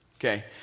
Okay